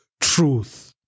truth